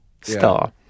star